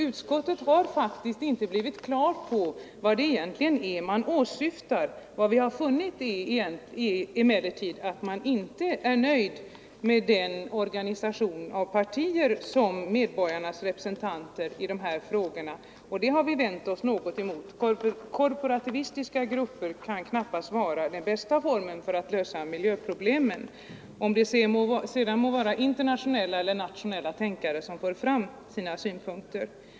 Utskottet har faktiskt inte blivit på det klara med vad man egentligen åsyftar. Vad vi funnit är emellertid att man inte är nöjd med att ha en organisation där partier är medborgarnas representanter i dessa sammanhang, och det har vi vänt oss något emot. Korporativistiska grupper kan knappast vara den bästa formen för att lösa miljöproblemen — det må sedan vara internationella eller nationella tänkare som för fram synpunkterna.